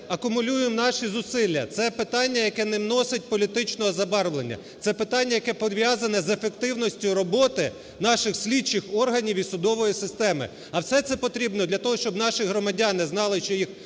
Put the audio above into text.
акумулюємо наші зусилля. Це питання, яке не носить політичного забарвлення, це питання, яке пов'язане з ефективністю роботи наших слідчих органів і судової системи. А все це потрібно для того, щоб наші громадяни знали, що їх